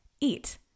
eat